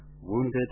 wounded